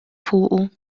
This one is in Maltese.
fuqu